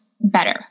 better